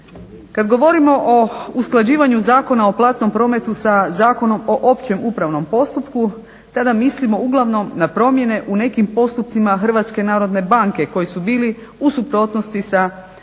Kad govorimo o usklađivanju Zakona o platnom prometu sa Zakonom o općem upravnom postupku tada mislimo uglavnom na promjene u nekim postupcima Hrvatske narodne banke koji su bili u suprotnosti sa Zakonom o